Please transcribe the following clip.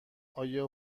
آیا